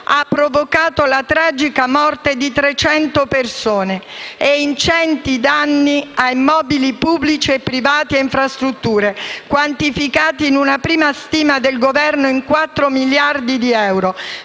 ha provocato la tragica morte di 300 persone e ingenti danni a immobili pubblici e privati e a infrastrutture, quantificati in una prima stima del Governo in 4 miliardi di euro,